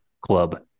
Club